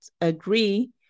agree